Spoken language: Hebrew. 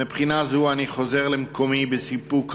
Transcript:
מבחינה זאת אני חוזר למקומי בסיפוק רב,